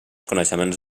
coneixements